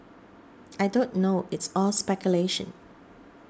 I don't know it's all speculation